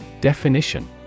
Definition